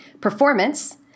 performance